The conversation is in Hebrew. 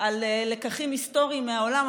על לקחים היסטוריים מהעולם,